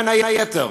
בין היתר: